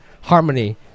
harmony